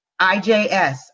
IJS